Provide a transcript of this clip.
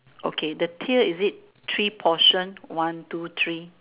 okay the tail is it three portion one two three